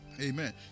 Amen